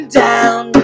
down